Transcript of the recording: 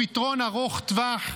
לפתרון ארוך טווח,